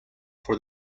for